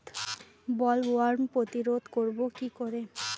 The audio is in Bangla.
বোলওয়ার্ম প্রতিরোধ করব কি করে?